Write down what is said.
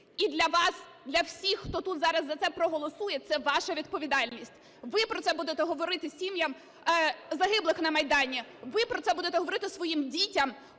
і для вас, для всіх, хто тут зараз за це проголосує, це ваша відповідальність, ви про це будете говорити сім'ям загиблих на Майдані, ви про це будете говорити своїм дітям,